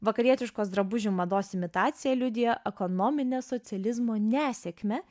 vakarietiškos drabužių mados imitacija liudija ekonominę socializmo nesėkmę